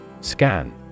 Scan